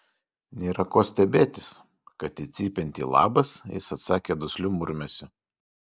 nėra ko stebėtis kad į cypiantį labas jis atsakė dusliu murmesiu